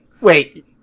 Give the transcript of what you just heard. Wait